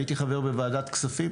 הייתי חבר בוועדת כספים,